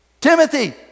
Timothy